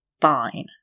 Fine